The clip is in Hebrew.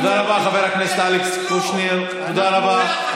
תודה רבה, חבר הכנסת אלכס קושניר, תודה רבה.